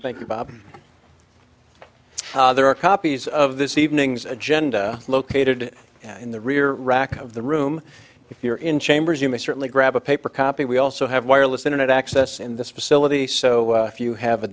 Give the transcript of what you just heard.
thank you bob there are copies of this evening's agenda located in the rear rack of the room if you're in chambers you may certainly grab a paper copy we also have wireless internet access in this facility so if you have a